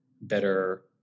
better